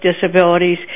disabilities